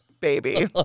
baby